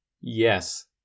Yes